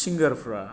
सिंगारफ्रा